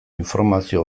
informazio